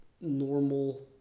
normal